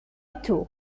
too